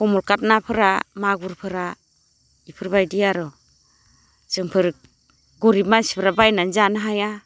खमल खाथ नाफोरा मागुरफोरा इफोरबायदि आर' जोंफोर गरिब मानसिफ्रा बायनानै जानो हाया